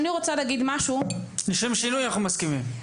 לשם שינוי אנחנו מסכימים.